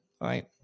right